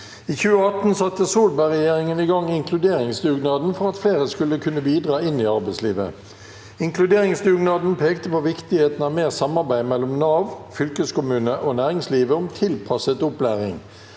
I 2018 satte Solberg-regjeringen i gang inkluderingsdugnaden for at flere skulle kunne bidra inn i arbeidslivet. Inkluderingsdugnaden pekte på viktighe- ten av mer samarbeid mellom Nav, fylkeskommunene og næringslivet om tilpasset opplæring.